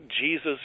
Jesus